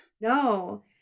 No